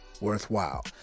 worthwhile